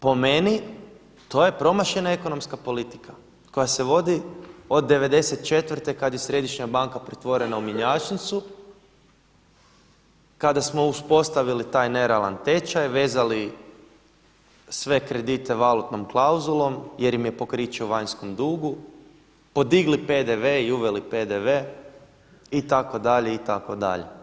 Po meni to je promašena ekonomska politika koja se vodi od '94. kad je Središnja banka pretvorena u mjenjačnicu, kada smo uspostavili taj nerealan tečaj, vezali sve kredite valutnom klauzulom jer im je pokriće u vanjskom dugu, podigli PDV i uveli PDV itd. itd.